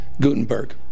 gutenberg